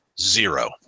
zero